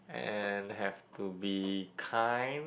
and have to be kind